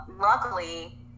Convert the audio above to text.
Luckily